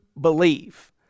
believe